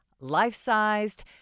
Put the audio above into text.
life-sized